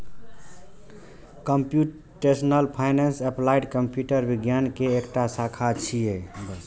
computational finance applied computer विज्ञान के एकटा शाखा छियै